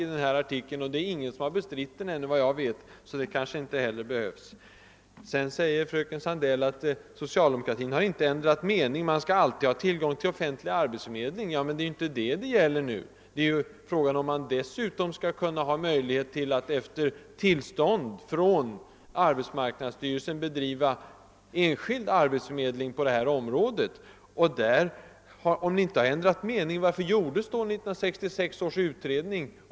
Och det är för övrigt ingen som har bestritt dem, så det kanske inte behövs. Fröken Sandell säger att socialdemokraterna inte har ändrat mening utan alltid har ansett att man skall ha tillgång till offentlig arbetsförmedling. Men det är inte det frågan gäller. Det är fråga om huruvida man utöver den offentliga förmedlingen, efter tillstånd av arbetsmarknadsstyrelsen, skall få driva enskild arbetsförmedling på detta område. Om ni inte har ändrat mening, varför gjordes då 1966 års utredning?